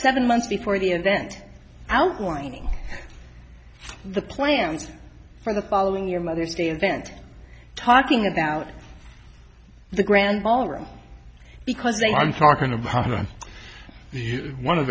seven months before the invent outlining the plans for the following your mother's day event talking about the grand ballroom because i'm talking about the one of